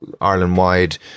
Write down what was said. Ireland-wide